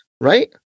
right